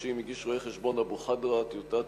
חודשים הגיש רואה-חשבון אבו חדרה טיוטת